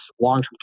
long-term